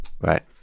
Right